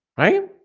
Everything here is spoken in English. right